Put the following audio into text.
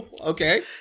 Okay